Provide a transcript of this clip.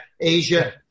Asia